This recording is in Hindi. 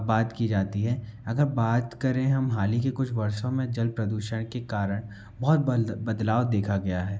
बात की जाती है अगर बात करें हम हाल ही के कुछ वर्षों में जल प्रदूषण के कारण बहुत बदलाव देखा गया है